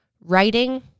Writing